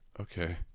okay